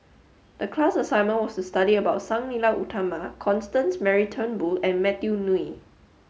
the class assignment was to study about Sang Nila Utama Constance Mary Turnbull and Matthew Ngui